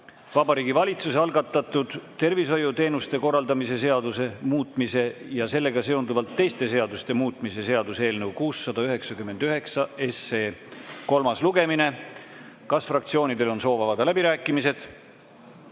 Vabariigi Valitsuse algatatud tervishoiuteenuste korraldamise seaduse muutmise ja sellega seonduvalt teiste seaduste muutmise seaduse eelnõu 699 kolmas lugemine. Kas fraktsioonidel on soov avada läbirääkimised?